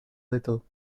little